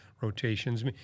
rotations